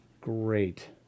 Great